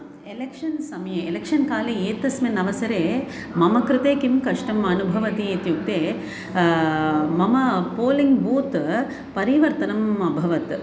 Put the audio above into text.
एलेक्षन्समये एलेक्षन्काले एतस्मिन् अवसरे मम कृते किं कष्टम् अनुभवति इत्युक्ते मम पोलिङ्ग् बूत् परिवर्तनम् अभवत्